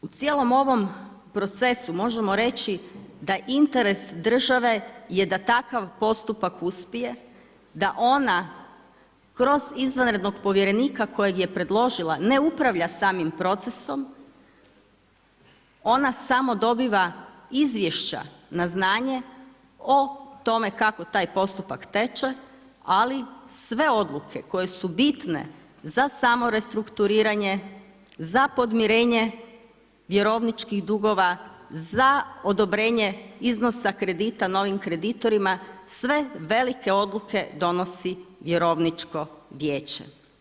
U cijelom ovom procesu možemo reći da interes države je da takav postupak uspije, da ona kroz izvanrednog povjerenika kojeg je predložila ne upravlja samim procesom, ona samo dobiva izvješća na znanje o tome kako taj postupak teče, ali sve odluke koje su bitne za samo restrukturiranje, za podmirenje vjerovničkih dugova, za odobrenje iznosa kredita novim kreditorima sve velike odluke donosi vjerovničko vijeće.